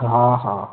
हा हा